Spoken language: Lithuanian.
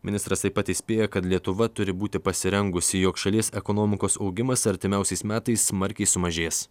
ministras taip pat įspėja kad lietuva turi būti pasirengusi jog šalies ekonomikos augimas artimiausiais metais smarkiai sumažės